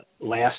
last